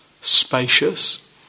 spacious